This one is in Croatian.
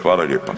Hvala lijepa.